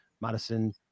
Madison